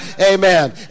Amen